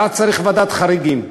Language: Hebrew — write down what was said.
ואז צריך ועדת חריגים.